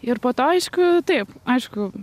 ir po to aiškių taip aišku